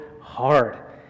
hard